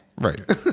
Right